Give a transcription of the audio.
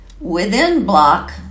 within-block